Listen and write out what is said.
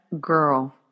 girl